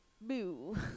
Boo